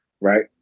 Right